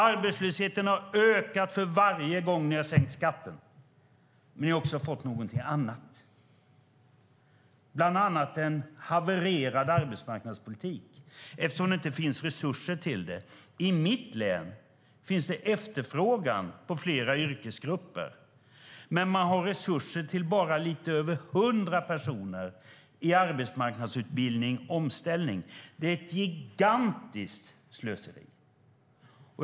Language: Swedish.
Arbetslösheten har ökat för varje gång som ni har ökat skatten. Men ni har också fått något annat, bland annat en havererad arbetsmarknadspolitik, eftersom det inte finns resurser till den. I mitt län finns det efterfrågan på flera yrkesgrupper, men man har resurser till bara lite över hundra personer i arbetsmarknadsutbildning och omställning. Det är ett gigantiskt slöseri.